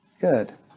Good